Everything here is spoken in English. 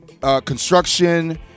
construction